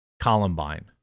Columbine